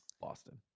Boston